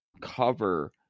cover